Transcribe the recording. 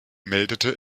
meldete